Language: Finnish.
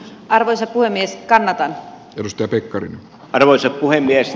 arvoisa puhemies kannattaa tutustua teekkari arvoisa puhemies